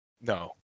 no